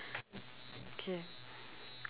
okay